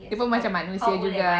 dia pun macam manusia juga